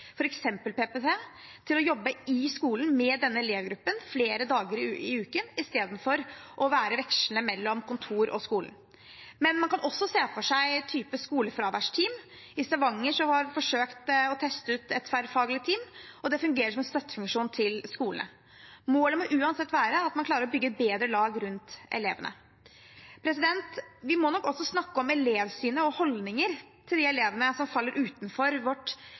PPT, til å jobbe i skolen med denne elevgruppen flere dager i uken i stedet for å være vekslende mellom kontor og skolen. Man kan også se for seg en type skolefraværsteam. I Stavanger har de forsøkt og testet ut et tverrfaglig team, og det fungerer som en støttefunksjon for skolene. Målet må uansett være at man klarer å bygge et bedre lag rundt elevene. Vi må nok også snakke om elevsynet og holdninger til de elevene som faller utenfor vårt